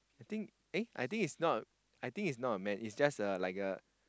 think eh I think it's not I think it's not a man it's just a like a